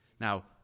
Now